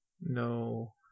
No